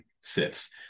sits